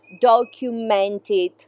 documented